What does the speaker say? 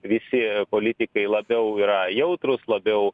visi politikai labiau yra jautrūs labiau